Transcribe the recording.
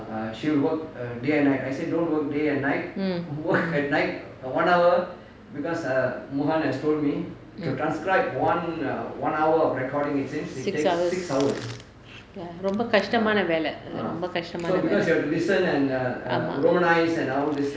mm mm six hours ya ரொம்ப கஷ்டமான வேலை ரொம்ப கஷ்டமானது:romba kashtamaana velai romba kashtamaanathu